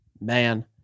Man